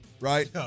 right